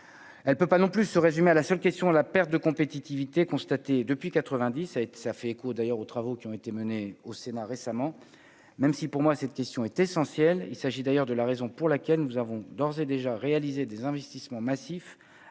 elle peut pas non plus se résumer à la seule question, la perte de compétitivité constatée depuis 90 à être ça fait écho d'ailleurs aux travaux qui ont été menées au Sénat récemment, même si pour moi, cette question est essentielle : il s'agit d'ailleurs de la raison pour laquelle nous avons d'ores et déjà réalisé des investissements massifs